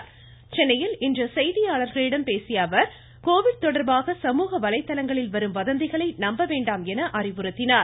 செயலாளர் சென்னையில் இன்று செய்தியாளர்களிடம் பேசிய அவர் கோவிட் தொடர்பாக சமூக வலைதளங்களில் வரும் வதந்திகளை நம்ப வேண்டாம் என அறிவுறுத்தினார்